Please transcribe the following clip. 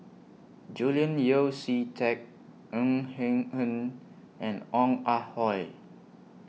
Julian Yeo See Teck Ng Him Hen and Ong Ah Hoi